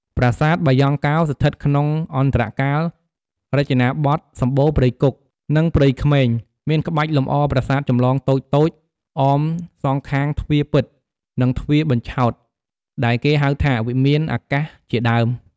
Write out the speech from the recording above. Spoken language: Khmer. ប្រាសាទបាយ៉ង់កោ ស្ថិតក្នុងអន្តរកាលរចនាបថសម្បូរព្រៃគុក និងព្រៃក្មេង មានក្បាច់លម្អប្រាសាទចម្លងតូចៗ អមសងខាងទ្វារពិត និងទ្វារបញ្ឆោត ដែលគេហៅថា វិមានអាកាសជាដើម។